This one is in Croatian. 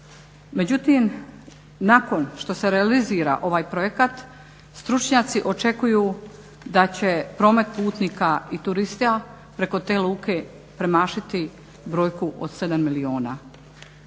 Međutim, nakon što se realizira ovaj projekt stručnjaci očekuju da će promet putnika i turista preko te luke premašiti brojku od 7 milijuna.